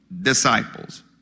Disciples